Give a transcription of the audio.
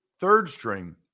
Third-string